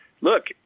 look